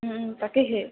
ওম তাকেহে